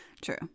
True